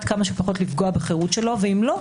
כמה שפחות לפגוע בחירות שלו ואם לא,